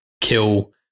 kill